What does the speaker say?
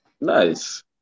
Nice